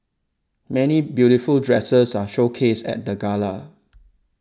many beautiful dresses are showcased at the gala